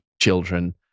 children